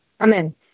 Amen